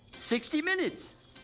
sixty minutes!